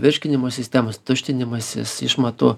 virškinimo sistemos tuštinimasis išmatų